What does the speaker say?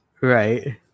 Right